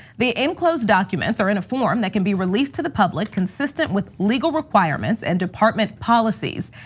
the enclosed documents are in a form that can be released to the public consistent with legal requirements and department policies.